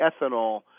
ethanol